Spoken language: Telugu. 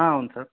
అవును సార్